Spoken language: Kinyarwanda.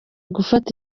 gufata